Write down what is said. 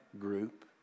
group